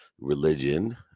religion